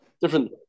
Different